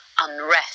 unrest